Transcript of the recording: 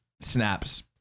snaps